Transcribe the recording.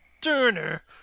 Turner